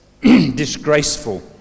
disgraceful